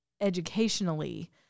educationally